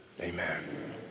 amen